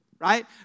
right